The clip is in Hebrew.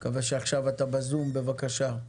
אני מקווה שעכשיו אתה בזום, בבקשה.